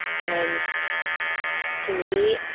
and to me,